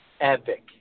epic